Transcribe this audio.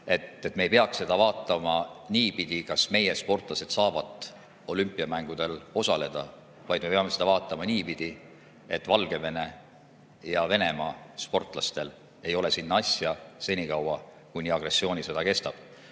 et me ei peaks seda vaatama niipidi, kas meie sportlased saavad olümpiamängudel osaleda, vaid me peame seda vaatama niipidi, et Valgevene ja Venemaa sportlastel ei ole sinna asja senikaua, kuni agressioonisõda kestab.